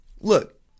look